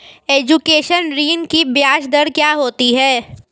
Education ऋृण की ब्याज दर क्या होती हैं?